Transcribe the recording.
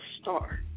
star